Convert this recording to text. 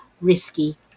risky